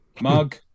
mug